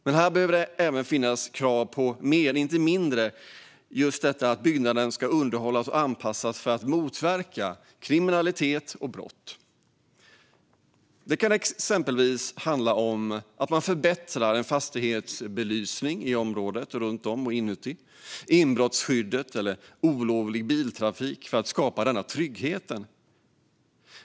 Men här behöver det ställas mer krav, inte mindre, på att byggnaden ska underhållas och anpassas för att motverka kriminalitet och brott. Det kan exempelvis handla om förbättrad belysning i och runt en fastighet, inbrottsskydd eller hinder mot olovlig biltrafik för att skapa trygghet.